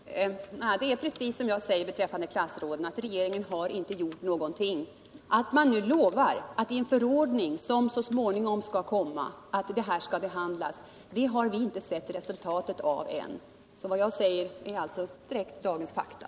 Herr talman! Det är precis som jag säger beträffande klassråden. nämligen alt regeringen inte har gjort någonting. Att man nu lovar att detta skall behandlas i en förordning som skall komma så småningom, har vi inte sett resultat av än. Vad jag talar om är alltså dagens fakta.